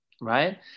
right